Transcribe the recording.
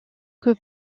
que